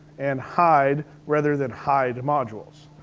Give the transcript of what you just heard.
and hide, rather than hide modules.